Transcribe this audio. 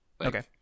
okay